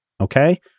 Okay